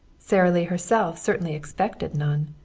sara lee herself certainly expected none.